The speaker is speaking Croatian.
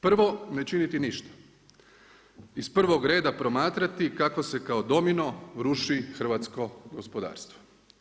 Prvo, ne činiti ništa, iz prvog reda promatrati kako se kao domino ruši hrvatskog gospodarstvo.